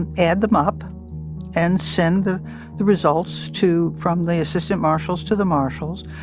and add them up and send the the results to from the assistant marshals to the marshals.